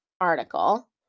article